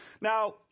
Now